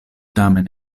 tamen